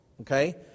Okay